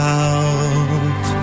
out